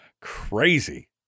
crazy